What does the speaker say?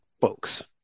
folks